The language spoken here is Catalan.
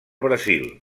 brasil